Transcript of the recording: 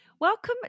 Welcome